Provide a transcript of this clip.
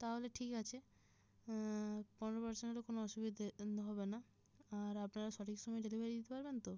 তাহলে ঠিক আছে পনেরো পারসেন্ট হলে কোনো অসুবিধে হবে না আর আপনারা সঠিক সময়ে ডেলিভারি দিতে পারবেন তো